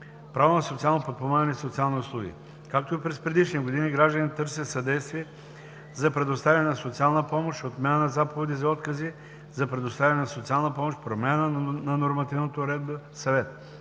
Право на социално подпомагане и социални услуги. Както и през предишни години, гражданите търсят съдействие за предоставяне на социална помощ, отмяна на заповеди за откази за предоставяне на социална помощ, промяна на нормативната уредба, съвет.